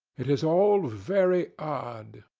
it is all very odd.